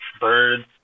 birds